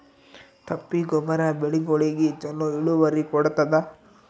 ತಿಪ್ಪಿ ಗೊಬ್ಬರ ಬೆಳಿಗೋಳಿಗಿ ಚಲೋ ಇಳುವರಿ ಕೊಡತಾದ?